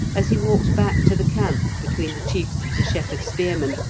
as he walked back to the camp between the chiefs of the shepherd spearmen,